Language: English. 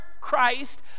christ